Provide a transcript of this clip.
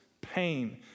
pain